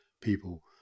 people